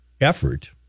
effort